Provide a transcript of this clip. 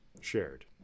shared